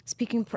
Speaking